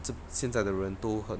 这现在的人都很